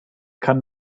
kann